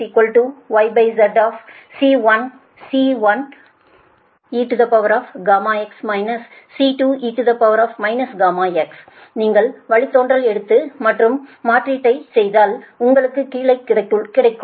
I zC1eγx C2e γx நீங்கள் வழித்தோன்றல் எடுத்து மற்றும் மாற்றீட்டை செய்தாள் உங்களுக்கு கீழ்க்கண்டது கிடைக்கும்